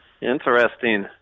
Interesting